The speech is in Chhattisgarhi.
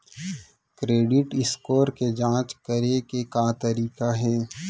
क्रेडिट स्कोर के जाँच करे के का तरीका हे?